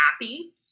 happy